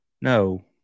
No